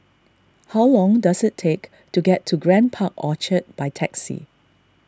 how long does it take to get to Grand Park Orchard by taxi